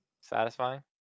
satisfying